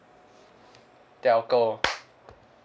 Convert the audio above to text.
telco